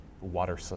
water